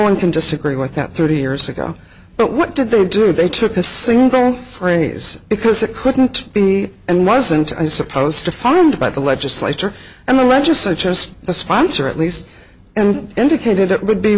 one can disagree with that thirty years ago but what did they do they took a single phrase because it couldn't be and wasn't i suppose defined by the legislature and the legislature as the sponsor at least and indicated it would be